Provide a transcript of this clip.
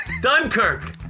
Dunkirk